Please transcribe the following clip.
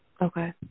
Okay